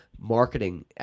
marketing